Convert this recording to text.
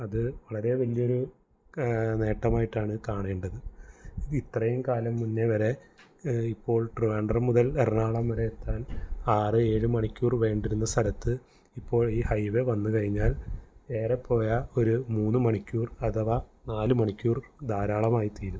അതു വളരെ വലിയൊരു നേട്ടമായിട്ടാണ് കാണേണ്ടത് ഇത്രയും കാലം മുന്നേവരെ ഇപ്പോൾ ട്രിവാഡ്രം മുതൽ എറണാകുളം വരെ എത്താൻ ആറ് ഏഴ് മണിക്കൂർ വേണ്ടിരുന്ന സ്ഥലത്ത് ഇപ്പോൾ ഈ ഹൈവേ വന്നുകഴിഞ്ഞാൽ ഏറെ പോയാൽ ഒരു മൂന്നുമണിക്കൂർ അഥവാ നാലുമണിക്കൂർ ധാരാളമായി തീരും